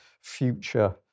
future